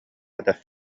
этэ